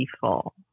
fall